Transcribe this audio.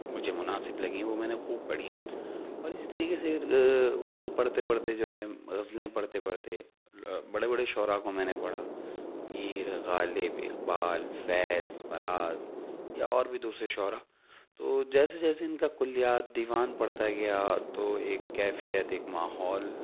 مجھے مناسب لگیں وہ میں نے خوب پڑھیں اور اس طریقے سے اردو پڑھتے پڑھتے جو ہے غزلیں پڑھتے پڑھتے بڑے بڑے شعرا کو میں نے پڑھا میر غالب اقبال فیض فراز یا اور بھی دوسرے شعرا تو جیسے جیسے ان کلیات دیوان پڑھتا گیا تو ایک کیفیت ایک ماحول